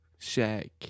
Shaq